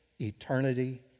eternity